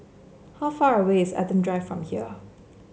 how far away is Adam Drive from here